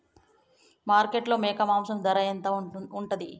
మార్కెట్లో మేక మాంసం ధర ఎంత ఉంటది?